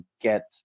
get